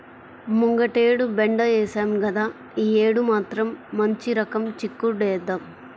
ముంగటేడు బెండ ఏశాం గదా, యీ యేడు మాత్రం మంచి రకం చిక్కుడేద్దాం